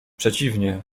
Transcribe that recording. przeciwnie